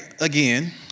again